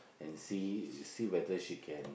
and see see whether she can